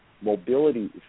mobility